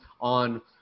on